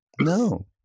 No